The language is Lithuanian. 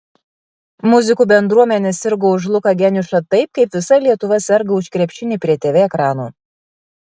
muzikų bendruomenė sirgo už luką geniušą taip kaip visa lietuva serga už krepšinį prie tv ekranų